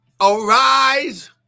arise